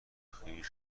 خویش